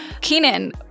Kenan